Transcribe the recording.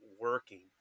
working